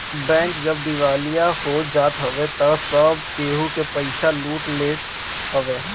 bank जब दिवालिया हो जात हवे तअ सब केहू के पईसा लूट लेत हवे